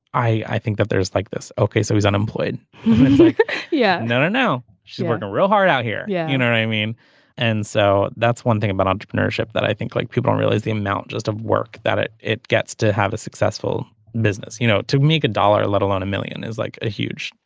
i i think that there's like this. ok. so i was unemployed. yeah. no no no. she's working real hard out here. yeah. you know i mean and so that's one thing about entrepreneurship that i think like people realize the amount of work that it it gets to have a successful business you know to make a dollar let alone a million is like a huge.